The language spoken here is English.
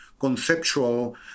conceptual